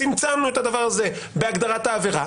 צמצמנו את הדבר הזה בהגדרת העבירה.